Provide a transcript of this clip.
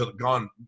gone